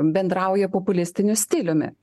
bendrauja populistiniu stiliumi